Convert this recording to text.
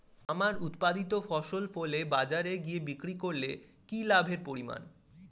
আমার উৎপাদিত ফসল ফলে বাজারে গিয়ে বিক্রি করলে কি লাভের পরিমাণ?